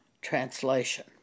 translation